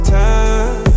time